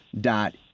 dot